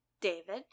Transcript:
David